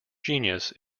genius